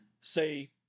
say